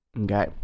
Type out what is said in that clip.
Okay